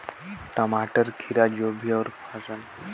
रेतीली माटी म अउ कौन का लगाना चाही?